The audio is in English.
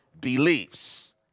beliefs